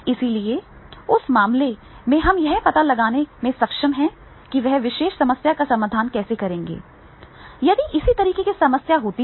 इसलिए उस मामले में हम यह पता लगाने में सक्षम हैं कि वे विशेष समस्या का समाधान कैसे करेंगे यदि इसी तरह की समस्या होती है